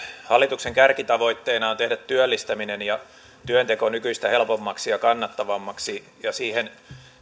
hallituksen kärkitavoitteena on tehdä työllistäminen ja työnteko nykyistä helpommaksi ja kannattavammaksi ja siihen